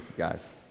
Guys